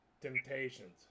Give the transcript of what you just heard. Temptations